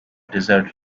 desert